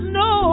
no